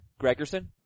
Gregerson